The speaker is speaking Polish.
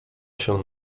się